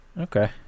Okay